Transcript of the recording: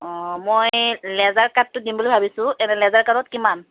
অঁ মই লেজাৰ কাটটো দিম বুলি ভাবিছোঁ এনেই লেজাৰ কাটত কিমান